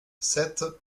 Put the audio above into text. sept